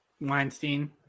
Weinstein